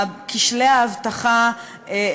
כשלי האבטחה,